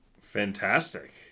Fantastic